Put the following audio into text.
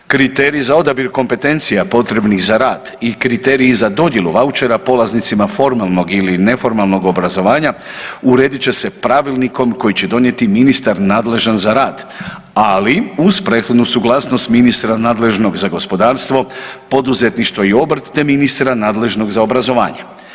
Kriterij za odabir kompetencija potrebnih za rad i kriteriji za dodjelu vaučera polaznicima formalnog ili neformalnog obrazovanja uredit će se pravilnikom koji će donijeti ministar nadležan za rad, ali uz prethodnu suglasnost ministra nadležnog za gospodarstvo, poduzetništvo i obrt, te ministra nadležnog za obrazovanje.